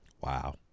Wow